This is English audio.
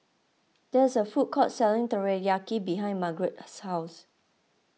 there is a food court selling Teriyaki behind Margarete's house